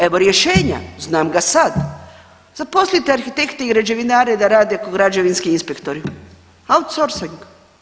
Evo rješenja, znam ga sad, zaposlite arhitekte i građevinare da rade ko građevinski inspektori, outsourcing.